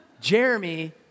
Jeremy